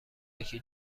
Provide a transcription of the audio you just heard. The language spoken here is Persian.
یکی